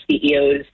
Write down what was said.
CEOs